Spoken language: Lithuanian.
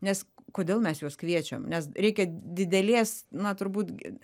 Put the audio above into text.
nes kodėl mes juos kviečiam nes reikia didelės na turbūt